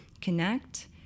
connect